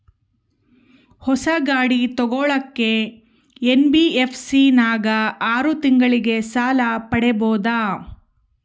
ಹೊಸ ಗಾಡಿ ತೋಗೊಳಕ್ಕೆ ಎನ್.ಬಿ.ಎಫ್.ಸಿ ನಾಗ ಆರು ತಿಂಗಳಿಗೆ ಸಾಲ ಪಡೇಬೋದ?